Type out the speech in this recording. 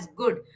good